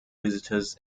visitors